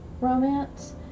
romance